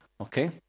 Okay